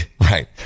Right